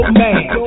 man